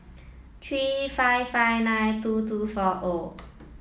three five five nine two two four O